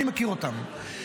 אני מכיר אותם,